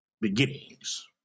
beginnings